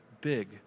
big